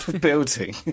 building